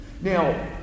Now